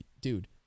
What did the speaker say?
dude